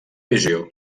visió